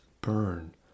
burn